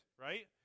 right